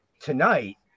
tonight